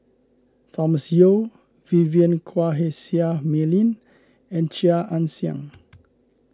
Thomas Yeo Vivien Quahe Seah Mei Lin and Chia Ann Siang